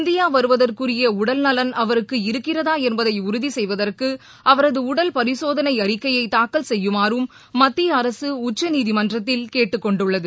India வருவதற்குரிய உடல்நலன் அவருக்கு இருக்கிறதா என்பதை உறுதி செய்வதற்கு அவரது உடல் பரிசோதனை அறிக்கையை தாக்கல் செய்யுமாறும் மத்திய அரக உச்சநீதிமன்றத்தில் கேட்டுக் கொண்டுள்ளது